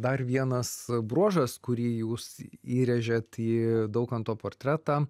dar vienas bruožas kurį jūs įrėžėt į daukanto portretą